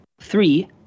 three